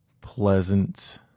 pleasant